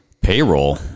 Payroll